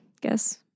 Guess